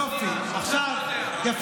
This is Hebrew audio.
יפה.